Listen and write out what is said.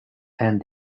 and